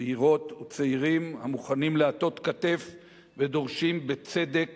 צעירות וצעירים המוכנים להטות כתף ודורשים, בצדק,